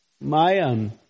Mayan